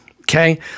okay